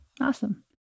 Awesome